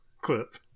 clip